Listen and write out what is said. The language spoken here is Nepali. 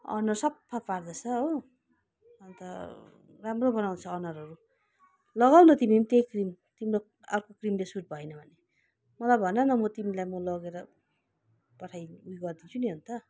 अनुहार सप्फा पार्दोरहेछ हो अन्त राम्रो बनाउँछ अनुहारहरू लगाऊ न तिमी पनि त्यही क्रिम तिम्रो अर्को क्रिमले सुट भएन भने मलाई भन न म तिमीलाई म लगेर पठाइ उयो गर्दिन्छु नि अन्त